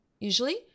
usually